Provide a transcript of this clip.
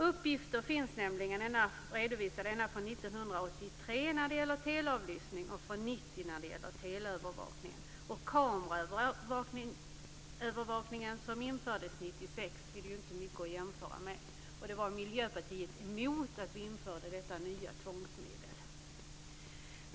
Uppgifter finns nämligen redovisade ända sedan 1983 när det gäller teleavlyssning och från 1990 när det gäller teleövervakning. I fråga om kameraövervakningen som infördes 1996 är det ju inte mycket att jämföra med. Miljöpartiet var emot att vi införde detta nya tvångsmedel.